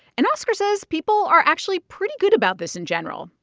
and oscar says people are actually pretty good about this in general,